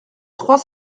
trois